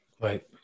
Right